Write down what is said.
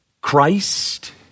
Christ